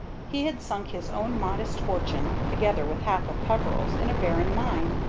he had sunk his own modest fortune, together with half of peveril's, in a barren mine,